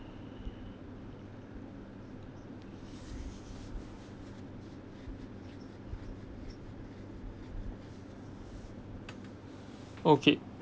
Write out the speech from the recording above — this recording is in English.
okay